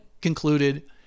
concluded